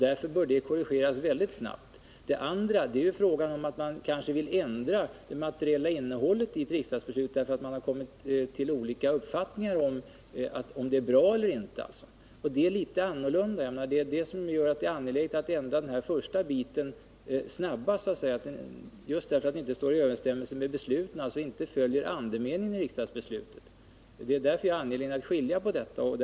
Därför borde den korrigeras mycket snabbt. Det övriga är ju en fråga om att man kanske vill ändra på det materiella innehållet i ett riksdagsbeslut därför att man kommit till olika uppfattningar om huruvida det är bra eller inte. Det är viktigt att ändra på den här första biten snabbare just därför att den inte står i överensstämmelse med riksdagsbeslutet, inte följer dess andemening. Jag är angelägen att skilja på dessa saker.